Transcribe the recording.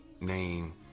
name